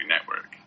Network